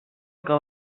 que